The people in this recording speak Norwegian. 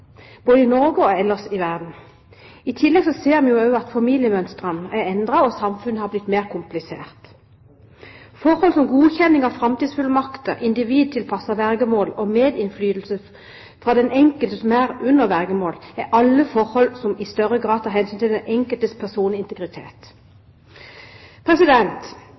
både i Norge og ellers i verden. I tillegg ser vi også at familiemønstrene er endret, og at samfunnet har blitt mer komplekst. Forhold som godkjenning av framtidsfullmakter, individtilpasset vergemål og medinnflytelse fra den enkelte som er under vergemål, er alle forhold som i større grad tar hensyn til den enkeltes personlige integritet.